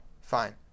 fine